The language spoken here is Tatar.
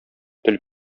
тел